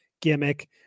gimmick